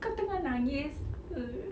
kau tengah nangis [pe]